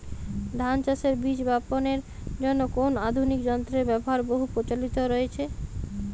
ধান চাষের বীজ বাপনের জন্য কোন আধুনিক যন্ত্রের ব্যাবহার বহু প্রচলিত হয়েছে?